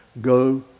go